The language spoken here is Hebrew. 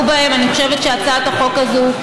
אני לא רוצה אפילו לקרוא לו אדם,